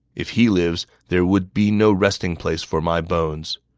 if he lives, there would be no resting place for my bones.